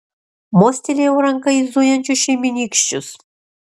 mostelėjau ranka į zujančius šeimynykščius